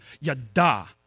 yada